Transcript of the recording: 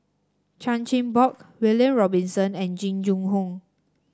Chan Chin Bock William Robinson and Jing Jun Hong